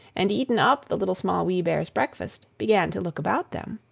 and eaten up the little, small, wee bear's breakfast, began to look about them.